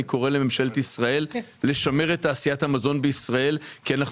לממשלת ישראל לשמר את תעשיית המזון בישראל כי אנחנו